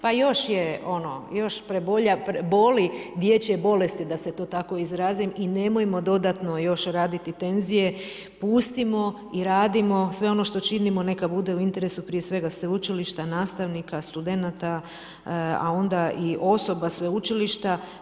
Pa još boli dječje bolesti da se to tako izrazim i nemojmo dodatno još raditi tenzije, pustimo i radimo sve ono što činimo neka bude u interesu prije svega sveučilišta, nastavnika, studenata a onda i osoba sveučilišta.